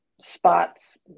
spots